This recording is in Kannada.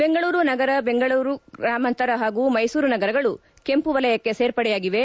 ಬೆಂಗಳೂರು ನಗರ ಗ್ರಾಮಾಂತರ ಹಾಗೂ ಮೈಸೂರು ನಗರಗಳು ಕೆಂಪು ವಲಯಕ್ಕೆ ಸೇರ್ಪಡೆಯಾಗಿವೆ